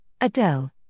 Adele